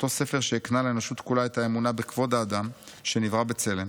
אותו ספר שהקנה לאנושות כולה את האמונה בכבוד האדם שנברא בצלם,